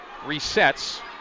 resets